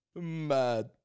Mad